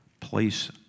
place